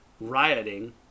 rioting